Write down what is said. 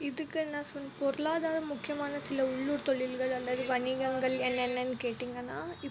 இதுக்கென்ன பொருளாதாரம் முக்கியமான சில உள்ளூர் தொழில்கள் அல்லது வணிகங்கள் என்னென்னு கேட்டீங்கன்னா